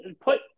put